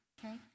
okay